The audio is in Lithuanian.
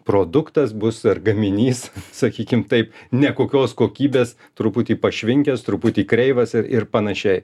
produktas bus ar gaminys sakykim taip nekokios kokybės truputį pašvinkęs truputį kreivas ir ir panašiai